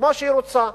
כמו שהיא רוצה,